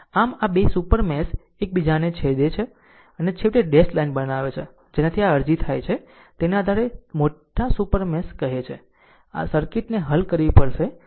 આમ આ 2 super mesh r એકબીજાને છેદે છે અને છેવટે ડેશ લાઇન બનાવે છે જેનાથી આ અરજી થાય છે તેના આધારે મોટા સુપર મેશ કહે છે આ સર્કિટને હલ કરવી પડશે